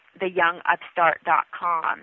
theyoungupstart.com